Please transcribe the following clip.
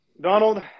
Donald